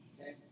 Okay